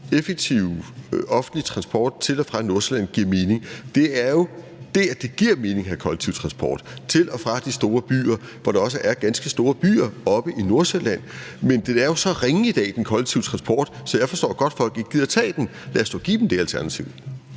effektiv offentlig transport til og fra Nordsjælland giver mening. Det er jo dér, det giver mening at have offentlig transport: til og fra de store byer – der er også ganske store byer oppe i Nordsjælland. Men den kollektive transport er jo så ringe i dag, så jeg forstår godt, at folk ikke gider tage den. Lad os dog give dem det alternativ.